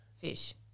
fish